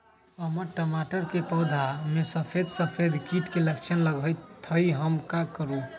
हमर टमाटर के पौधा में सफेद सफेद कीट के लक्षण लगई थई हम का करू?